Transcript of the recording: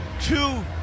two